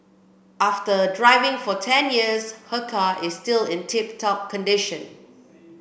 after driving for ten years her car is still in tip top condition